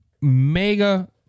mega